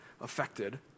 affected